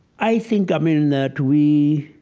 i think, i mean, that we